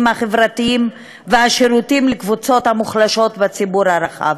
החברתיים והשירותים לקבוצות המוחלשות בציבור הרחב.